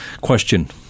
question